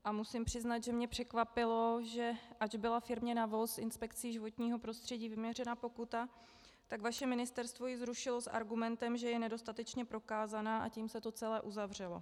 A musím přiznat, že mě překvapilo, že ač byla firmě NAVOS inspekcí životního prostředí vyměřena pokuta, tak vaše ministerstvo ji zrušilo s argumentem, že je nedostatečně prokázaná, a tím se to celé uzavřelo.